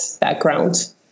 background